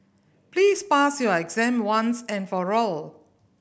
please pass your exam once and for all